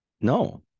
No